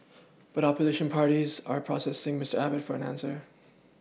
but opposition parties are pressing Miss Abbott for an answer